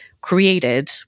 created